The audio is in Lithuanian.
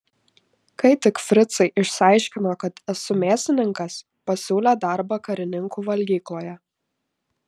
kai tik fricai išsiaiškino kad esu mėsininkas pasiūlė darbą karininkų valgykloje